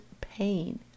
pain